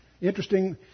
Interesting